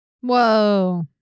whoa